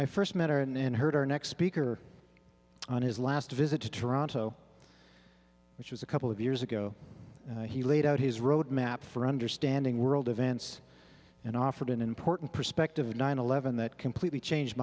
i first met her and then her next speaker on his last visit to toronto which was a couple of years ago he laid out his roadmap for understanding world events and offered an important perspective of nine eleven that completely changed